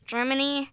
Germany